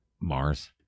Mars